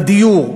בדיור,